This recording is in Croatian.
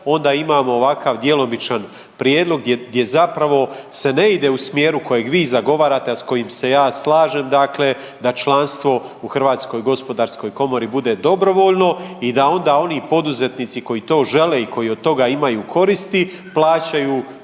onda imamo ovakav djelomičan prijedlog gdje zapravo se ne ide u smjeru kojeg vi zagovarate, a s kojim se ja slažem dakle da članstvo u HGK bude dobrovoljno i da onda oni poduzetnici koji to žele i koji od toga imaju koristi plaćaju